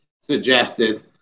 suggested